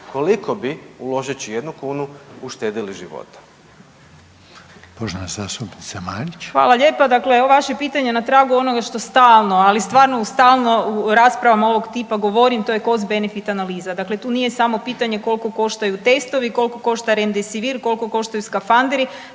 koliko bi, uložeći jednu kunu uštedili života? **Reiner, Željko (HDZ)** Poštovana zastupnica Marić. **Marić, Andreja (SDP)** Hvala lijepa. Dakle, evo, vaše pitanje je na tragu onoga što stalno, ali stvarno u stalno u raspravama ovog tipa govorim, to je cost benefit analiza. Dakle tu nije samo pitanje koliko koštaju testovi, koliko košta Remdisivir, koliko koštaju skafanderi,